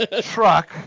truck